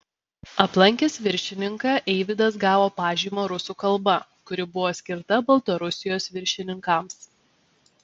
aplankęs viršininką eivydas gavo pažymą rusų kalba kuri buvo skirta baltarusijos viršininkams